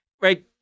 right